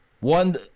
One